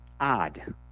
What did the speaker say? odd